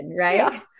right